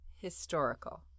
historical